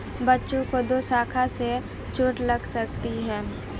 बच्चों को दोशाखा से चोट लग सकती है